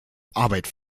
arbeit